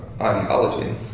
ideology